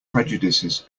prejudices